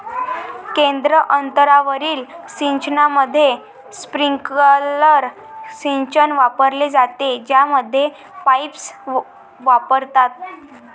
केंद्र अंतरावरील सिंचनामध्ये, स्प्रिंकलर सिंचन वापरले जाते, ज्यामध्ये पाईप्स वापरतात